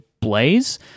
blaze